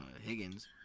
Higgins